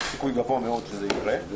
יש סיכוי גבוה מאוד שזה יקרה.